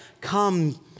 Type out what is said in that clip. Come